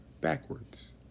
backwards